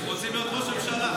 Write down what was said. הם רוצים להיות ראש ממשלה.